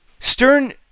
Stern